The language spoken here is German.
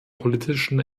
politischen